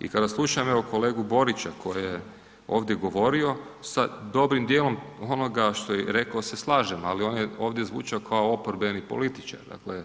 I kada slušam kolegu Borić koji je ovdje govorio, sa dobrim dijelom onoga što je rekao se slažem, ali on je ovdje zvučao kao oporbeni političar, dakle